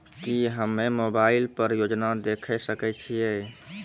की हम्मे मोबाइल पर योजना देखय सकय छियै?